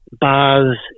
bars